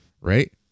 right